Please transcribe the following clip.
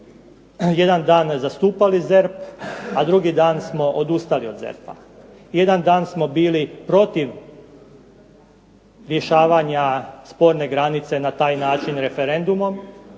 jedan dan zastupali ZERP, a drugi dan smo odustali od ZERP-a. Jedan dan smo bili protiv rješavanja sporne granice na taj način referendumom